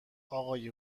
اقای